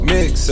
Mix